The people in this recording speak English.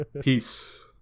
Peace